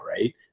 right